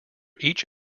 each